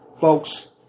folks